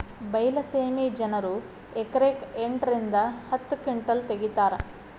ಬೈಲಸೇಮಿ ಜನರು ಎಕರೆಕ್ ಎಂಟ ರಿಂದ ಹತ್ತ ಕಿಂಟಲ್ ತಗಿತಾರ